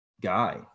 guy